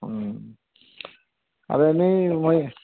আৰু এনেই মই